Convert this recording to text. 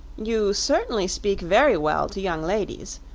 you certainly speak very well to young ladies.